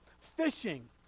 fishing